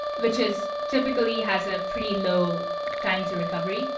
which is typically has a pretty low time to recovery.